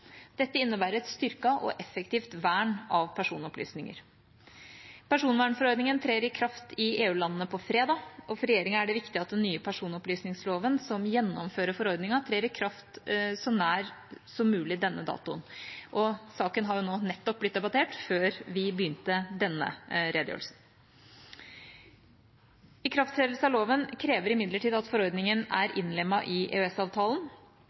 Dette innebærer et styrket og effektivt vern av personopplysninger. Personvernforordningen trer i kraft i EU-landene på fredag. For regjeringa er det viktig at den nye personopplysningsloven, som gjennomfører forordningen, trer i kraft så nær som mulig denne datoen. Saken har jo nå nettopp blitt debattert – før vi begynte denne redegjørelsen. Ikrafttredelse av loven krever imidlertid at forordningen er innlemmet i